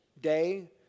day